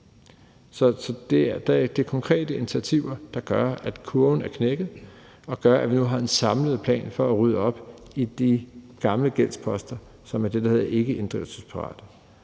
Så det er konkrete initiativer, der gør, at kurven er knækket, og som gør, at vi nu har en samlet plan for at rydde op i de gamle gældsposter, som er det, der hedder ikkeinddrivelsesparate.